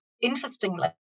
interestingly